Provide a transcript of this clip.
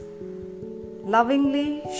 Lovingly